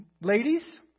Ladies